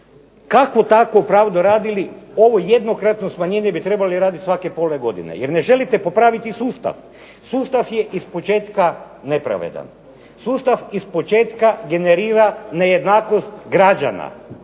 kakvu takvu pravdu radili ovo jednokratno smanjenje bi trebali raditi svake pola godine jer ne želite popraviti sustav. Sustav je ispočetka nepravedan, sustav ispočetka generira nejednakost građana,